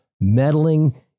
meddling